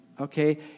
Okay